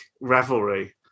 revelry